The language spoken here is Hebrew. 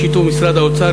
בשיתוף משרד האוצר,